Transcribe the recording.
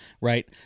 right